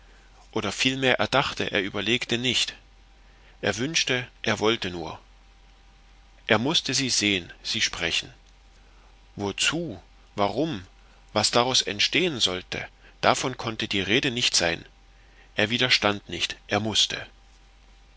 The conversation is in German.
oder vielmehr er dachte er überlegte nicht er wünschte er wollte nur er mußte sie sehn sie sprechen wozu warum was daraus entstehen sollte davon konnte die rede nicht sein er widerstand nicht er mußte